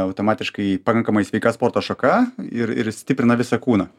automatiškai pakankamai sveika sporto šaka ir ir stiprina visą kūną